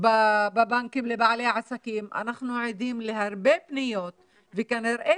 בבנקים לבעלי עסקים אנחנו עדים להרבה פניות וכנראה